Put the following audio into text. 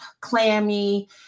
clammy